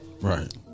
Right